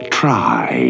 try